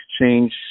Exchange